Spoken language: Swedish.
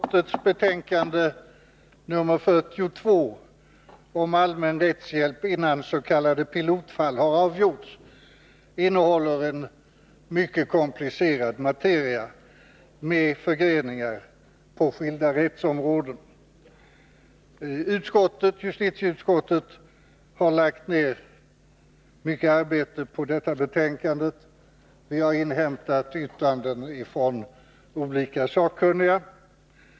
Fru talman! Justitieutskottets betänkande nr 42 om allmän rättshjälp innan s.k. pilotfall har avgjorts innehåller en mycket komplicerad materia med förgreningar på skilda rättsområden. Utskottet har lagt ned mycket arbete på detta betänkande. Vi har inhämtat yttranden från olika sakkunniga.